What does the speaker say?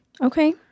Okay